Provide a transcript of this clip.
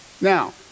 Now